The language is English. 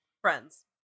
Friends